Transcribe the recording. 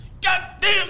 Goddamn